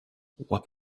what